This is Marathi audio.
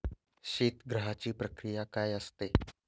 शीतगृहाची प्रक्रिया काय असते?